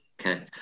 Okay